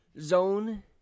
zone